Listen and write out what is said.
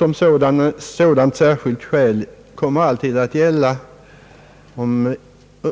Och som sådant särskilt skäl kommer alltid att gälla, att